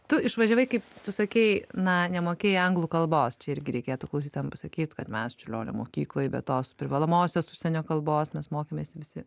tu išvažiavai kaip tu sakei na nemokėjai anglų kalbos čia irgi reikėtų klausytojam pasakyt kad mes čiurlionio mokykloj bet tos privalomosios užsienio kalbos mes mokėmės visi